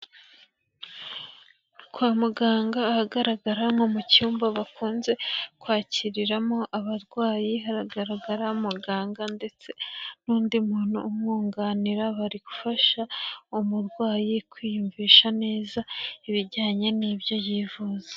Kwa muganga ahagaragara nko mu cyumba bakunze kwakiriramo abarwayi, haragaragara umuganga ndetse n'undi muntu umwunganira, bari gufasha umurwayi kwiyumvisha neza ibijyanye n'ibyo yivuza.